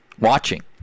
watching